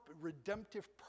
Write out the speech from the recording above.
redemptive